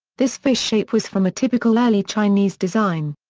this fish shape was from a typical early chinese design.